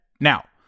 now